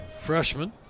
freshman